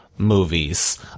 movies